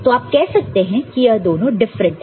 तो आप कह सकते हैं कि यह दोनों डिफरेंट है